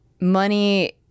money